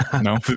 No